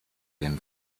den